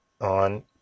on